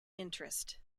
interest